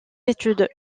études